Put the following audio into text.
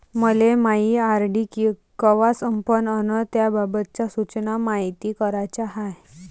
मले मायी आर.डी कवा संपन अन त्याबाबतच्या सूचना मायती कराच्या हाय